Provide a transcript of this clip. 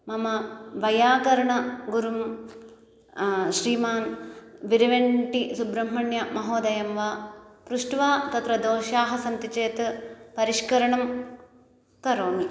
मम वैयाकरणगुरुं श्रीमान् विरवेण्टिसुब्रह्मण्यमहोदयं वा पृष्ट्वा तत्र दोषाः सन्ति चेत् परिष्करणं करोमि